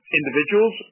individuals